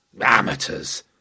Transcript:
Amateurs